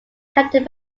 captain